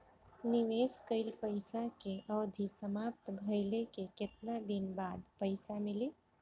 निवेश कइल पइसा के अवधि समाप्त भइले के केतना दिन बाद पइसा मिली?